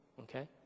okay